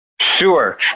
Sure